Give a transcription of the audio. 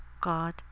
God